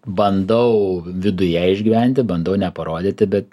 bandau viduje išgyventi bandau neparodyti bet